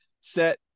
set